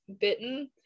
Bitten